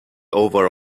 over